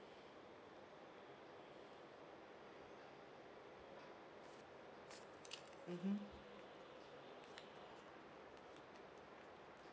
mmhmm